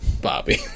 Bobby